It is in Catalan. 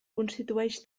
constitueix